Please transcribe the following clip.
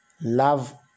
love